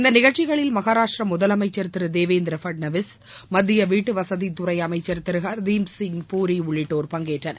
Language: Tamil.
இந்த நிகழ்ச்சிகளில் மகாராஷ்டிர முதலமைச்சர் திரு தேவேந்திர பட்னாவிஸ் மத்திய வீட்டுவசதித்துறை அமைச்சர் திரு ஹர்தீப்சிங் பூரி உள்ளிட்டோர் பங்கேற்றனர்